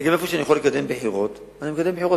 במקום שאני יכול לקדם בחירות, אני מקדם בחירות.